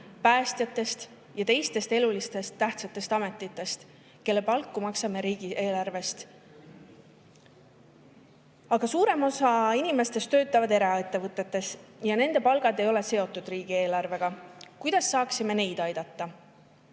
päästjatest ja teistest eluliselt tähtsatest ametitest, kelle palka maksame riigieelarvest. Aga suurem osa inimestest töötavad eraettevõtetes ja nende palk ei ole seotud riigieelarvega. Kuidas saaksime neid aidata?